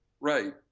Right